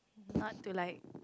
not to like